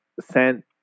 sent